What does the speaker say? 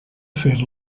fer